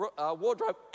Wardrobe